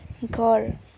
घर